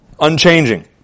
unchanging